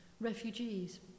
refugees